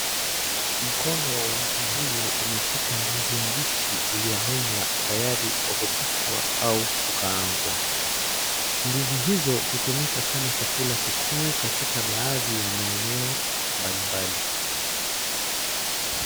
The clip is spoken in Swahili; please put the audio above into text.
Mkono wa mtu huyu umeshika ndizi mbichi iliyomenywa tayari kwa kupikwa au kukaangwa. Ndizi hizo hutumika kama chakula kikuu katika baadhi ya maeneo mbalimbali.